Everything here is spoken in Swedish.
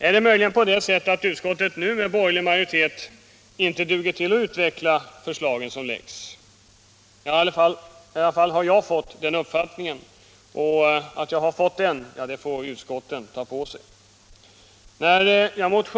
Är det möjligen på det sättet att utskotten nu med borgerlig majoritet inte duger till att utveckla de förslag som läggs fram? I varje fall har jag fått den uppfattningen, och det får de olika utskotten ta på sig skulden för.